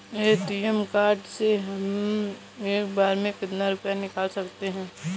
ATM card से हम एक बार में कितना रुपया निकाल सकते हैं?